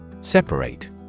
Separate